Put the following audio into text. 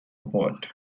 award